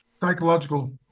psychological